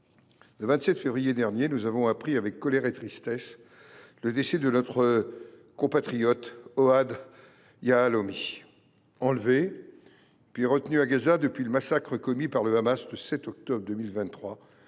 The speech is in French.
le 27 février dernier, nous avons appris, avec colère et tristesse, le décès de notre compatriote Ohad Yahalomi, enlevé, puis retenu à Gaza depuis le massacre commis par le Hamas le 7 octobre 2023.